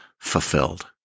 Fulfilled